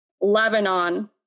Lebanon